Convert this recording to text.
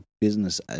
business